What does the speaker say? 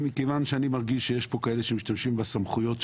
מכיוון שאני מרגיש שיש פה כאלה שמשתמשים בסמכויות שלהם,